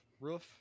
Roof